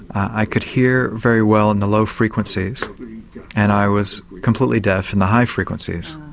i could hear very well in the low frequencies and i was completely deaf in the high frequencies,